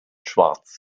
schwarz